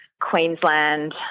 Queensland